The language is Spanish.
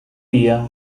día